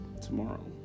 tomorrow